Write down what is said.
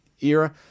era